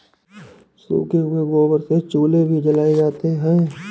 सूखे हुए गोबर से चूल्हे भी जलाए जाते हैं